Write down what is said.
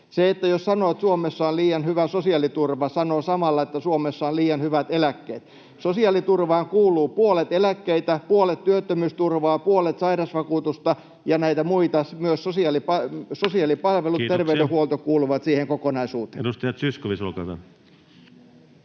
eläkkeitä. Jos sanoo, että Suomessa on liian hyvä sosiaaliturva, sanoo samalla, että Suomessa on liian hyvät eläkkeet. Sosiaaliturvaan kuuluu puolet eläkkeitä, puolet työttömyysturvaa, puolet sairausvakuutusta ja näitä muita, myös sosiaalipalvelut, [Puhemies: Kiitoksia!] terveydenhuolto kuuluvat siihen kokonaisuuteen. Edustaja Zyskowicz, olkaa hyvä.